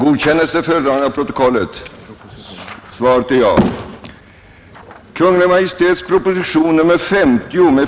Herr talman!